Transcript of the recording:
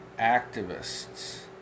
activists